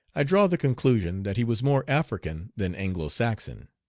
i draw the conclusion that he was more african than anglo-saxon.